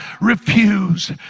refuse